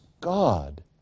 God